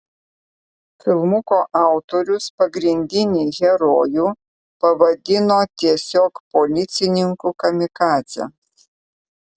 filmuko autorius pagrindinį herojų pavadino tiesiog policininku kamikadze